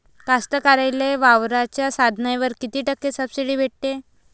कास्तकाराइले वावराच्या साधनावर कीती टक्के सब्सिडी भेटते?